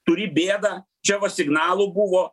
turi bėdą čia va signalų buvo